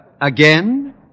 again